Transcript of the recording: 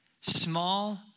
small